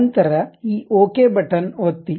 ನಂತರ ಈ okay button ಒತ್ತಿ